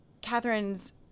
Catherine's